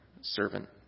servant